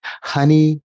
honey